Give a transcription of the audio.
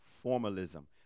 Formalism